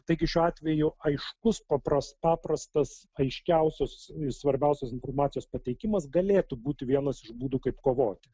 taigi šiuo atveju aiškus papras paprastas aiškiausias ir svarbiausias informacijos pateikimas galėtų būti vienas iš būdų kaip kovoti